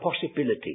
possibility